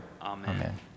Amen